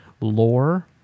lore